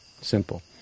Simple